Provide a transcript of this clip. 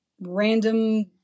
random